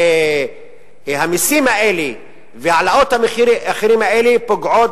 המסים האלה והעלאות המחירים האלה פוגעים